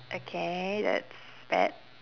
okay that's bad